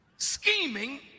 scheming